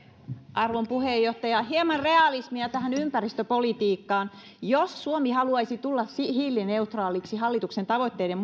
arvon puheenjohtaja hieman realismia tähän ympäristöpolitiikkaan jos suomi haluaisi tulla hiilineutraaliksi hallituksen tavoitteiden